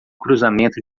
cruzamento